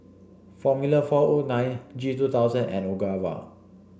formula four O nine G two thousand and Ogawa